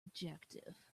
objective